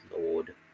lord